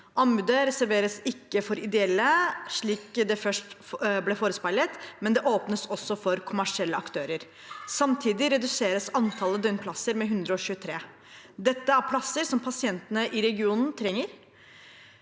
Anbudet reserveres ikke for ideelle, slik først forespeilet, men det åpnes også for kommersielle aktører. Samtidig reduseres antallet døgnplasser med 123. Dette er plasser som pasientene i regionen trenger.